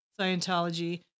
Scientology